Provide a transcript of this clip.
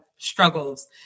struggles